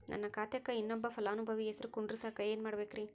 ನನ್ನ ಖಾತೆಕ್ ಇನ್ನೊಬ್ಬ ಫಲಾನುಭವಿ ಹೆಸರು ಕುಂಡರಸಾಕ ಏನ್ ಮಾಡ್ಬೇಕ್ರಿ?